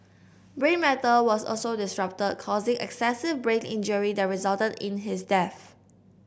brain matter was also disrupted causing excessive brain injury that resulted in his death